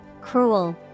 cruel